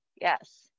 Yes